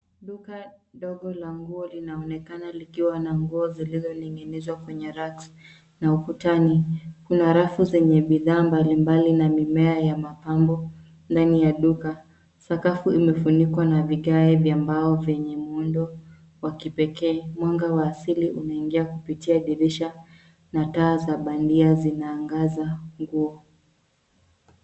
Duka ndogo la nguo linaonekana likiwa na nguo zililizoning'inizwa kwenye racks na ukutani. Kuna rafu zenye bidhaa mbalimbali na mimea ya mapambo ndani ya duka. Sakafu imefunikwa na vigae vya mbao vyenye muundo wa kipekee. Mwanga wa asili unaingia kupitia dirisha na taa za bandia zinaangaza nguo.